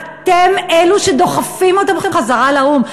אתם אלו שדוחפים אותם חזרה לאו"ם.